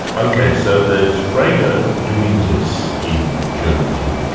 ok, so there's frege and doing this in germany,